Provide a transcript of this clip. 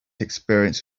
experience